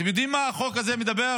אתם יודעים על מה החוק הזה מדבר?